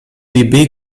die